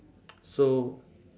so